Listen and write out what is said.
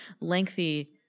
lengthy